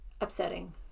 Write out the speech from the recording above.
upsetting